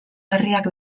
berriak